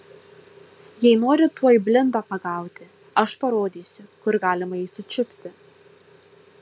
jei nori tuoj blindą pagauti aš parodysiu kur galima jį sučiupti